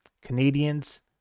Canadians